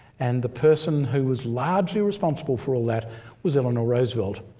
and the person who was largely responsible for all that was eleanor roosevelt.